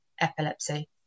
epilepsy